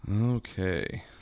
Okay